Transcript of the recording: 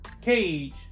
cage